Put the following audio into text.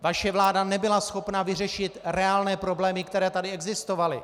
Vaše vláda nebyla schopna vyřešit reálné problémy, které tady existovaly.